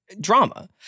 drama